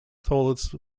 tallest